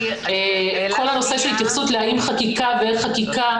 כל הנושא של התייחסות להאם חקיקה ואיך חקיקה